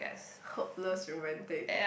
hopeless romantic